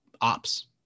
ops